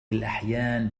الأحيان